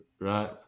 Right